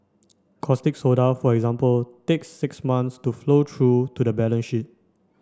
caustic soda for example takes six months to flow through to the balance sheet